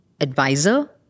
advisor